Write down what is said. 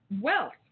wealth